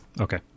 Okay